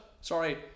sorry